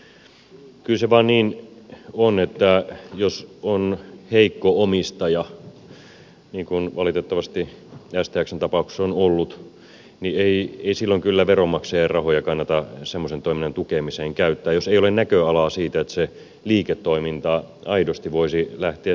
kyllä se vain niin on että jos on heikko omistaja niin kuin valitettavasti stxn tapauksessa on ollut niin ei silloin kyllä veronmaksajien rahoja kannata semmoisen toiminnan tukemiseen käyttää jos ei ole näköalaa siitä että se liiketoiminta aidosti voisi lähteä siivilleen